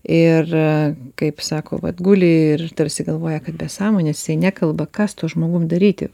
ir kaip sako vat guli ir tarsi galvoja kad be sąmonės jisai nekalba ką su tuo žmogum daryti